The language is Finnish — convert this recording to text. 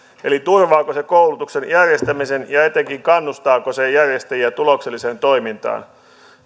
eli turvaako se koulutuksen järjestämisen ja etenkin kannustaako se järjestäjiä tulokselliseen toimintaan